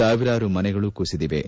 ಸಾವಿರಾರು ಮನೆಗಳು ಕುಸಿದಿವೆ